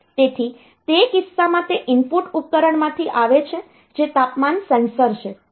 તેથી તે કિસ્સામાં તે ઇનપુટ ઉપકરણમાંથી આવે છે જે તાપમાન સેન્સર છે